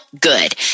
good